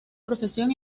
profesión